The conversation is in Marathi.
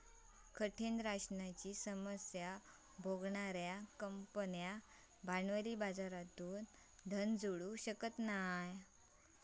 कठीण राशनाची समस्या भोगणार्यो कंपन्यो भांडवली बाजारातना धन जोडू शकना नाय